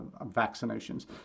vaccinations